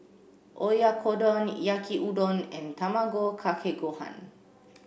Oyakodon Yaki Udon and Tamago Kake Gohan